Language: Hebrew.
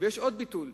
ויש עוד ביטוי.